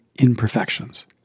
imperfections